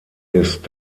ist